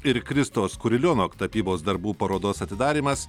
ir kristos kurilionok tapybos darbų parodos atidarymas